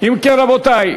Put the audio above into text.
אריה דרעי,